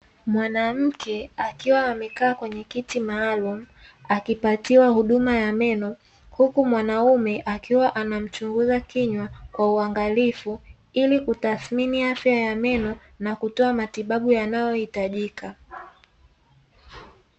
Mwanamke akiwa amekaa kwenye kiti maalaumu, akipatiwa huduma ya meno huku mwanaume akiwa anamchunguza kinywa kwa uangalifu, ili kutathmini afya ya meno na kutoa matibabu yanayoitajika.